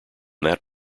that